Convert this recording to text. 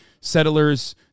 settlers